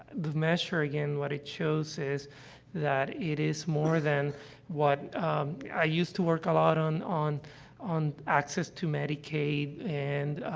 the measure, again, what it shows is that it is more than what, um i used to work a lot on on on access to medicaid and,